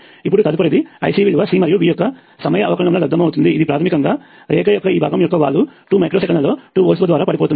ఇప్పుడు తదుపరిది IC విలువ C మరియు V యొక్క సమయ అవకలనము ల లబ్దము అవుతుంది ఇది ప్రాథమికంగా రేఖ యొక్క ఈ భాగం యొక్క వాలు 2 మైక్రో సెకన్లలో 2 వోల్ట్ల ద్వారా పడిపోతుంది